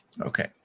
Okay